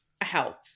help